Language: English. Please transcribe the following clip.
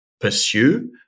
pursue